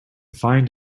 find